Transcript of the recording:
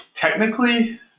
technically